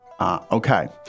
Okay